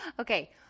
Okay